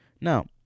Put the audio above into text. Now